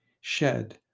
shed